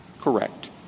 Correct